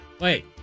Wait